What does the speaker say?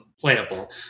playable